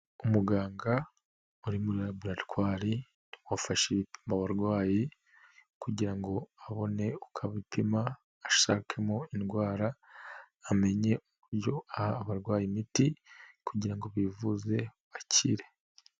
Umuganga uri muri laboratwari, wafasha ibipimo abarwayi kugira ngo abone uko abipima ashakemo indwara, amenye uburyo aha abarwayi imiti kugira ngo bivuze bakire.